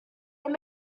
and